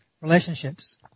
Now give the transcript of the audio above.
Relationships